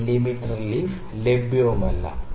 4 millimetre leaf ലഭ്യമല്ല